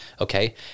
okay